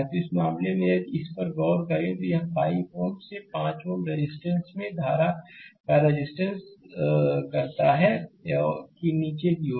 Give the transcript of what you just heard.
तो इस मामले में यदि इस पर गौर करें तो यह 5 Ω से5 Ω रेजिस्टेंस में धारा का रेजिस्टेंस करता है कि नीचे की ओर